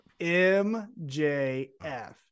mjf